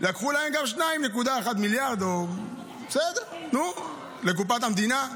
לקחו להם גם 2.1 מיליארד לקופת המדינה.